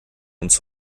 uns